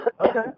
Okay